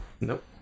nope